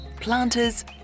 planters